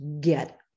get